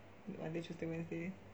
monday tuesday wednesday